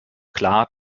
klar